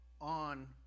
on